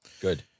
Good